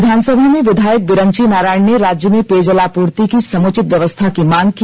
विधानसभा में विधायक बिरंची नारायण ने राज्य में पेयजलापूर्ति की समुचित व्यवस्था की मांग की